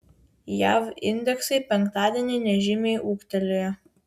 jav indeksai penktadienį nežymiai ūgtelėjo